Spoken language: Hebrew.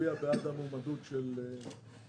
להצביע בעד המועמדות של סגל.